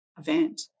event